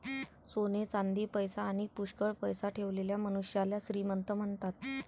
सोने चांदी, पैसा आणी पुष्कळ पैसा ठेवलेल्या मनुष्याला श्रीमंत म्हणतात